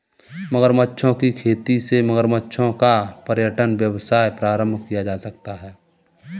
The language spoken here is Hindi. मगरमच्छों की खेती से मगरमच्छों का पर्यटन व्यवसाय प्रारंभ किया जा सकता है